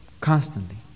Constantly